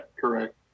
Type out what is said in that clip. correct